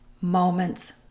moments